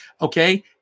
okay